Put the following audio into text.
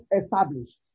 established